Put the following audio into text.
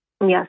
Yes